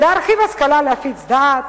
להרחיב השכלה ולהפיץ דעת,